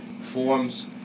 forms